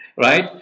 Right